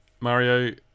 Mario